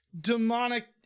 demonic